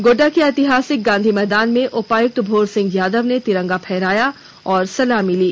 गोड्डा के ऐतिहासिक गांधी मैदान में उपायुक्त भोर सिंह यादव ने तिरंगा फहराया और सलामी ली